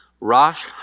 Rosh